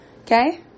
okay